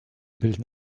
bilden